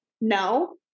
no